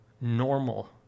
normal